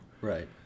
Right